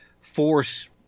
force